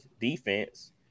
defense